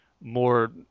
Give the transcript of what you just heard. more